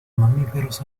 mamíferos